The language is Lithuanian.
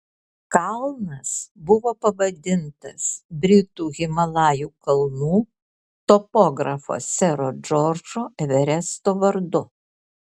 kalnas buvo pavadintas britų himalajų kalnų topografo sero džordžo everesto vardu